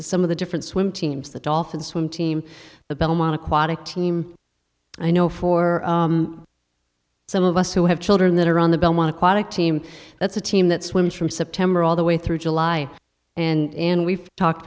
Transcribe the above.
some of the different swim teams the dolphin swim team the belmont aquatic team i know for some of us who have children that are on the belmont aquatic team that's a team that swims from september all the way through july and we've talked